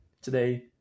Today